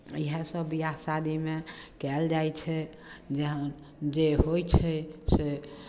इएहसभ विवाह शादीमे कयल जाइ छै जे जे होइ छै से